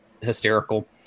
hysterical